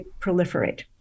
proliferate